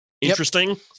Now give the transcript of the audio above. interesting